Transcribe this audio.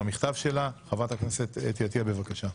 חברת הכנסת חוה אתי עטייה, בבקשה.